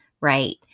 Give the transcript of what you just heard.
right